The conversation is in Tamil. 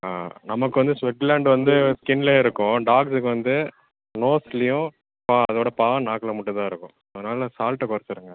ஆ நமக்கு வந்து ஸ்வெட் க்ளேண்ட் வந்து ஸ்கின்னில் இருக்கும் டாக்குக்கு வந்து நோஸ்லையும் பா அதோடய பா நாக்கில் மட்டும் தான் இருக்கும் அதனாலே சால்ட்டை குறச்சுருங்க